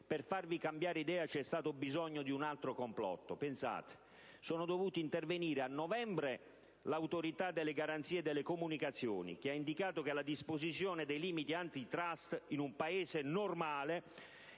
per farvi cambiare idea c'è stato bisogno di un altro complotto. Pensate! Sono dovuti intervenire a novembre l'Autorità per le garanzie nelle comunicazioni che ha indicato che la disposizione dei limiti antitrust in una Paese normale